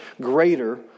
greater